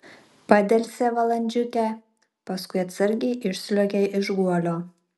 padelsė valandžiukę paskui atsargiai išsliuogė iš guolio